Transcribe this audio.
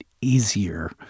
easier